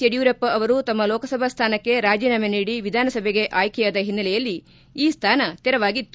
ಯಡಿಯೂರಪ್ಪ ಅವರು ತಮ್ಮ ಲೋಕಸಭಾ ಸ್ವಾನಕ್ಕೆ ರಾಜೀನಾಮೆ ನೀಡಿ ವಿಧಾನಸಭೆಗೆ ಆಯ್ಲೆಯಾದ ಹಿನ್ನೆಲೆಯಲ್ಲಿ ಈ ಸ್ಥಾನ ತೆರವಾಗಿತ್ತು